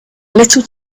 little